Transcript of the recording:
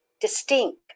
distinct